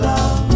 Love